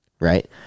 right